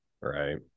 Right